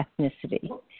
ethnicity